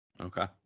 okay